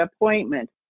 appointment